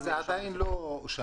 אז זה עדיין לא אושר.